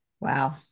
Wow